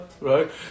Right